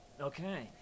Okay